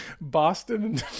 Boston